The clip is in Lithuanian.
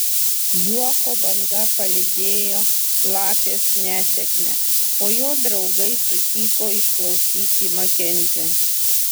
juoko banga palydėjo lapės nesėkmę o jo draugai sutiko išklausyti makenzį